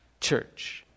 church